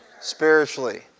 spiritually